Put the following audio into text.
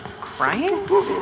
crying